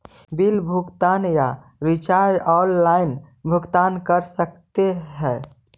Bill भुगतान या recharge online भुगतान कर सकते हैं?